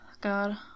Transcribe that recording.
God